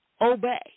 Obey